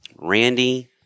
Randy